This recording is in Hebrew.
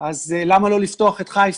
אז למה לא לפתוח את חיפה?